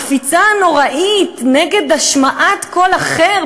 הקפיצה הנוראית נגד השמעת קול אחר,